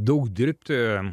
daug dirbti